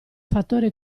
fattore